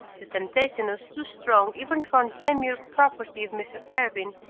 the temptation was too strong even for the demure propriety of mr arabin,